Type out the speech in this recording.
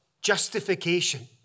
justification